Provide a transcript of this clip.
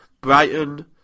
Brighton